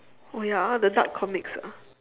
oh ya the dark comics ah